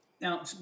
Now